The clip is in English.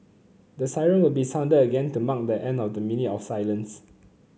the siren will be sounded again to mark the end of the minute of silence